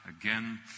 Again